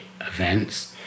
events